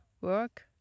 work